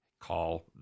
Call